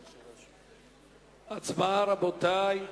הצבעה, רבותי.